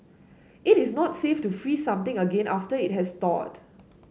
it is not safe to freeze something again after it has thawed